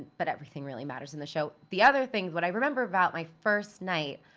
but everything really matters in the show. the other thing, what i remember about my first night,